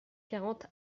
quarante